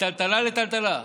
מטלטלה לטלטלה.